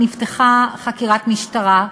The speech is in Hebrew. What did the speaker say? נפתחה חקירת משטרה,